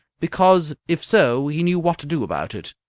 because if so he knew what to do about it.